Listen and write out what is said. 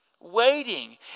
waiting